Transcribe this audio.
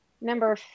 number